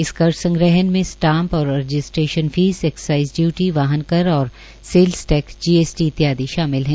इस कर संग्रहण में स्टाम्प और रजिस्ट्रेशन फीस एक्साइज ड्यूटी वाहन कर और सेल टैक्सजीएसटी इत्यादि शामिल हैं